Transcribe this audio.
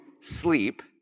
sleep